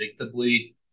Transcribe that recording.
predictably